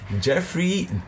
Jeffrey